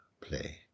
play